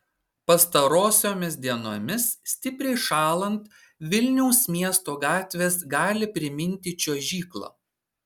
pastarosiomis dienomis stipriai šąlant vilniaus miesto gatvės gali priminti čiuožyklą